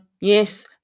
Yes